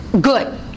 good